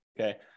okay